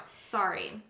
Sorry